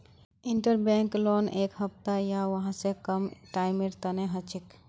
interbank loan एक हफ्ता या वहा स कम टाइमेर तने हछेक